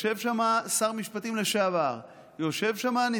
יושב שם שר משפטים לשעבר,